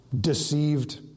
deceived